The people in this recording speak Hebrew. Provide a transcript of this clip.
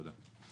תודה.